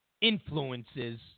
influences